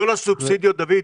דוד,